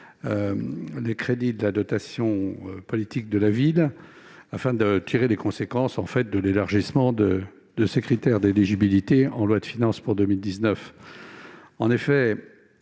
les crédits de la dotation politique de la ville afin de tirer les conséquences de l'élargissement de ses critères d'éligibilité en loi de finances pour 2019.